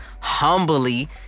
humbly